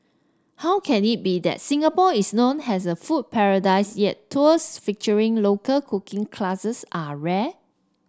how can it be that Singapore is known as a food paradise yet tours featuring local cooking classes are rare